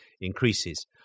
increases